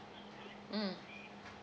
mm